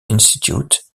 institute